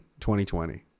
2020